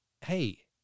hey